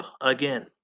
again